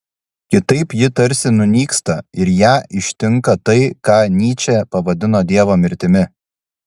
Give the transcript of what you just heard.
kitaip ji tarsi nunyksta ir ją ištinka tai ką nyčė pavadino dievo mirtimi